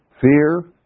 fear